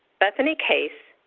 bethany case,